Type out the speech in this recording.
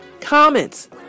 comments